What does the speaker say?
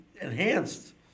enhanced